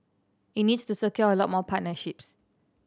it needs to secure a lot more partnerships